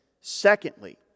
Secondly